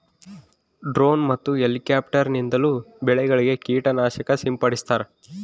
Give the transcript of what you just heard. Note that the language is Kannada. ಡ್ರೋನ್ ಮತ್ತು ಎಲಿಕ್ಯಾಪ್ಟಾರ್ ನಿಂದಲೂ ಬೆಳೆಗಳಿಗೆ ಕೀಟ ನಾಶಕ ಸಿಂಪಡಿಸ್ತಾರ